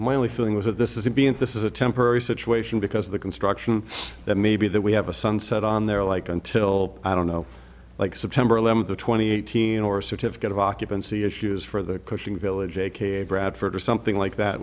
my only feeling was that this is being this is a temporary situation because of the construction that maybe that we have a sunset on there like until i don't know like september eleventh the twenty eighteen or certificate of occupancy issues for the cushing village aka bradford or something like that